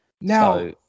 Now